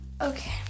Okay